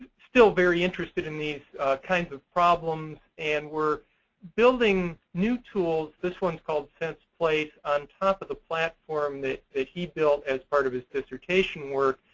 still very interested in these kinds of problems. and we're building new tools this one's called senseplace on top of the platform that he built as part of his dissertation work.